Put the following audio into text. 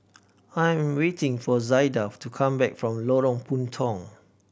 I am waiting for Zaida to come back from Lorong Puntong